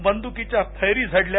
बंदुकीच्या फैरी झडल्या